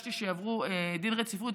וביקשתי שיעברו דין רציפות,